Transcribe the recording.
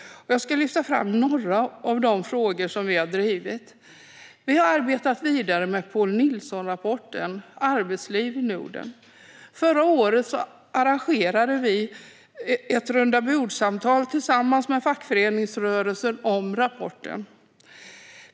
Jag ska lyfta fram några av de frågor som vi har drivit. Vi har arbetat vidare med Poul Nielsons rapport Arbejdsliv i Norden - utfordringer og forslag . Förra året arrangerade vi ett rundabordssamtal tillsammans med fackföreningsrörelsen om rapporten.